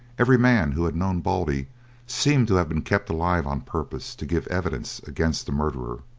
every man who had known baldy seemed to have been kept alive on purpose to give evidence against the murderer.